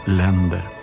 länder